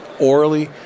orally